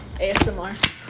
ASMR